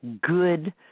good